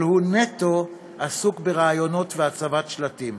אבל הוא נטו עסוק בראיונות ובהצבת שלטים.